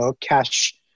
cash